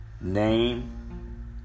name